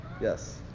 Yes